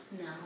No